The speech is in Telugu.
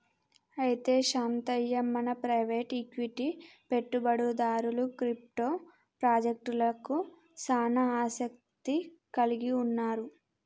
అయితే శాంతయ్య మన ప్రైవేట్ ఈక్విటి పెట్టుబడిదారులు క్రిప్టో పాజెక్టలకు సానా ఆసత్తి కలిగి ఉన్నారు